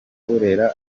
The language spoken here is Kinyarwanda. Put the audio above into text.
burera